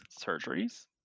surgeries